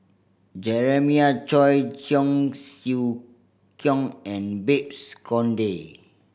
Jeremiah Choy Cheong Siew Keong and Babes Conde